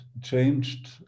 changed